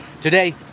Today